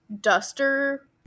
duster